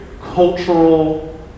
cultural